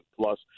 plus